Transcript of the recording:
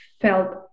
felt